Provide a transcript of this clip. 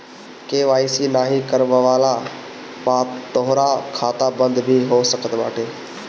KYC नाइ करववला पअ तोहार खाता बंद भी हो सकत बाटे